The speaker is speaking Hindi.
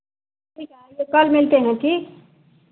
ठीक है आइए कल मिलते हैं ठीक